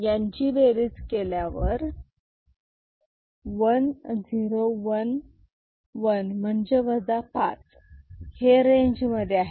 यांची बेरीज केल्यावर 1 0 1 1 म्हणजे 5 म्हणजेच हे रेंजमध्ये आहे